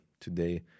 today